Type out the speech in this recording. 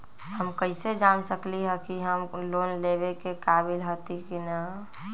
हम कईसे जान सकली ह कि हम लोन लेवे के काबिल हती कि न?